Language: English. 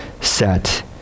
set